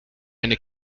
eine